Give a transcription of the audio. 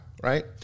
right